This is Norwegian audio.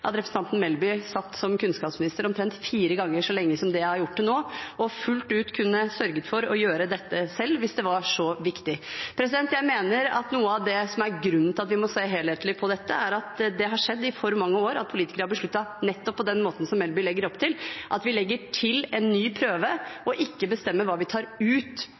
at representanten Melby satt som kunnskapsminister omtrent fire ganger så lenge som det jeg har gjort til nå, og fullt ut kunne sørget for å gjøre dette selv hvis det var så viktig. Jeg mener at noe av det som er grunnen til at vi må se helhetlig på dette, er at det har skjedd i for mange år at politikere har besluttet nettopp på den måten som Melby legger opp til – at vi legger til en ny prøve og ikke bestemmer hva vi tar ut